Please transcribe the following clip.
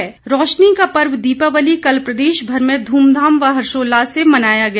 दीपावली रोशनी का पर्व दीपावली कल प्रदेश भर में ध्मधाम व हर्षोल्लास से मनाया गया